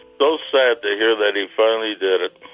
so sad to hear that he finally did it.